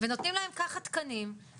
ונותנים להם ככה תקנים,